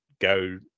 go